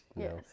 yes